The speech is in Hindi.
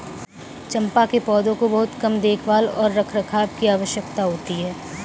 चम्पा के पौधों को बहुत कम देखभाल और रखरखाव की आवश्यकता होती है